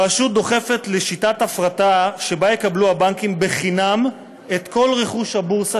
הרשות דוחפת לשיטת הפרטה שבה יקבלו הבנקים חינם את כל רכוש הבורסה,